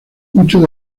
muchos